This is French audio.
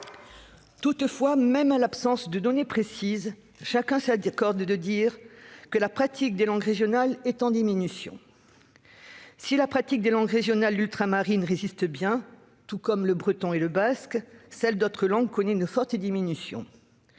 Cependant, même en l'absence de données précises, chacun s'accorde à dire que la pratique des langues régionales est en baisse. Si la pratique des langues régionales ultramarines résiste bien, tout comme celle du breton et du basque, la pratique des autres langues connaît une forte diminution.